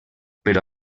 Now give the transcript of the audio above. però